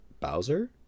Bowser